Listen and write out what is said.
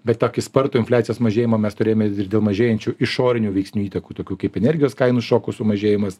bet tokį spartų infliacijos mažėjimą mes turėjome ir dėl mažėjančių išorinių veiksnių įtakų tokių kaip energijos kainų šokų sumažėjimas